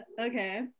okay